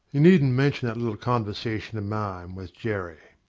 you needn't mention that little conversation of mine with jerry.